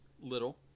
Little